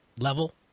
level